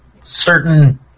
certain